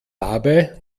dabei